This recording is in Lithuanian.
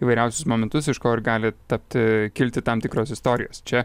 įvairiausius momentus iš ko ir gali tapti kilti tam tikros istorijos čia